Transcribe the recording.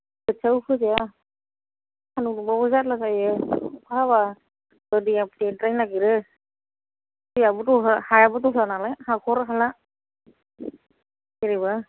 खोथियाबो फोजाया सानदुं दुंबाबो जारला जायो अखा हाबाबो दैया देद्रायनो नागेरो दैआबो दहला हायाबो दहलानालाय हाखर हाला बोरैबा